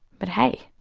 but hey,